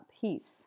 peace